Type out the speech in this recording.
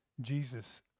Jesus